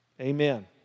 Amen